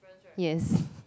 yes